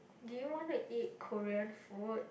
do you want to eat Korean food